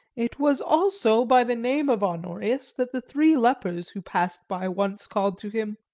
it was also by the name of honorius that the three lepers who passed by once called to him.